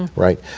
right?